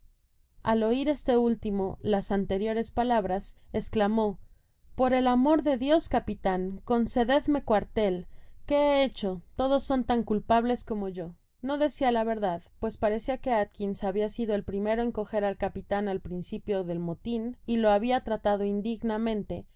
al oir este último las anteriores palabras esclamó por el amor de dios capitan concededine cuartel que ke hecho todos son tan culpables como yo content from google book search generated at content from google book search generated at no decia la verdad pues parecia que atkins habia sido el primero en coger al capitan al principio del motin y lo habia tratado indignamente